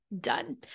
done